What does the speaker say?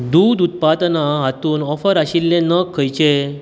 दूद उत्पादनां हातूंत ऑफर आशिल्ले नग खंयचे